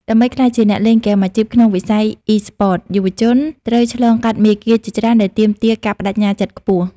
ដើម្បីក្លាយជាអ្នកលេងហ្គេមអាជីពក្នុងវិស័យអុីស្ពត យុវជនត្រូវឆ្លងកាត់មាគ៌ាជាច្រើនដែលទាមទារការប្តេជ្ញាចិត្តខ្ពស់។